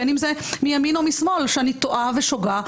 בין אם זה מימין או משמאל שאני טועה ושוגה,